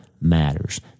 matters